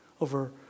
over